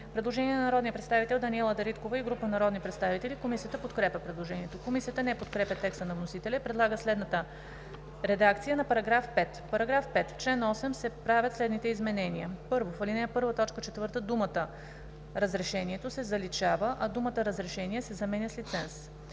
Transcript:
предложение на народния представител Даниела Дариткова и група народни представители. Комисията подкрепя предложението. Комисията не подкрепя текста на вносителя и предлага следната редакция на § 5: „§ 5. В чл. 8 се правят следните изменения: 1. В ал. 1, т. 4 думата „(разрешението)“ се заличава, а думата „разрешение“ се заменя с „лиценз“.